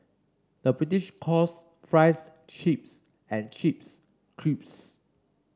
the British calls fries chips and chips crisps